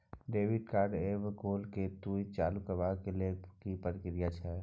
Debit card ऐब गेल हैं त ई चालू करबा के लेल की प्रक्रिया छै?